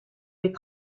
les